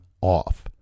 off